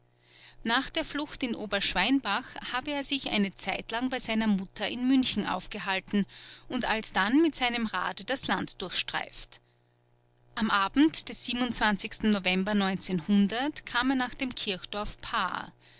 nach der flucht in oberschweinbach habe er sich eine zeitlang bei seiner mutter in münchen aufgehalten und alsdann mit seinem rade das land durchstreift am abend des november kam er nach dem kirchdorf paar